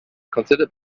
considered